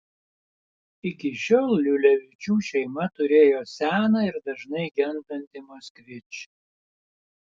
iki šiol liulevičių šeima turėjo seną ir dažnai gendantį moskvič